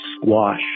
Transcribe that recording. squash